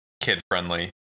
kid-friendly